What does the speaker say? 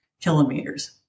kilometers